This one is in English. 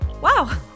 Wow